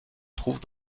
trouve